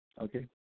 Okay